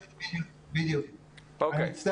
לגבי